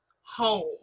home